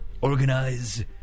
Organize